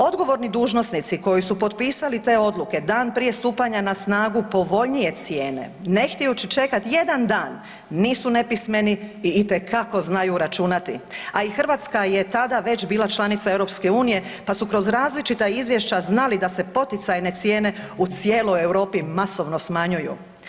Odgovorni dužnosnici koji su potpisali te odluke dan prije stupanja na snagu povoljnije cijene ne htijući čekat jedan dan, nisu nepismeni i itekako znaju računati, a i Hrvatska je tada već bila članica EU, pa su kroz različita izvješća znali da se poticajne cijene u cijeloj Europi masovno smanjuju.